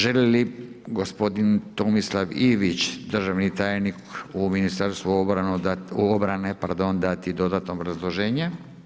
Želi li gospodin Tomislav Ivić, državni tajnik u Ministarstvu obrane dati dodatno obrazloženje?